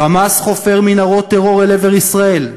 "חמאס" חופר מנהרות טרור אל עבר ישראל,